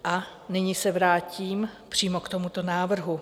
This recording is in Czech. A nyní se vrátím přímo k tomuto návrhu.